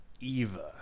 Eva